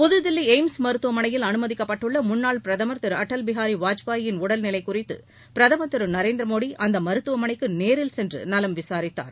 புதுதில்லி AIIMS மருத்துவமனையில் அனுமதிக்கப்பட்டுள்ள முன்னாள் பிரதமர் திரு அடல் பிஹாரி வாஜ்பாயின் உடல் நிலை குறித்து பிரதமர் திரு நரேந்திரமோடி அந்த மருத்துவமனைக்கு நேரில் சென்று நலம் விசாரித்தார்